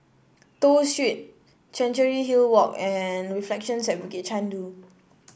Toh Street Chancery Hill Walk and Reflections at Bukit Chandu